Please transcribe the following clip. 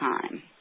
time